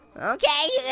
ok.